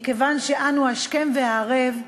מכיוון שאנו, השכם והערב,